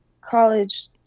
college